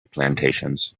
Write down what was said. plantations